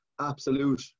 absolute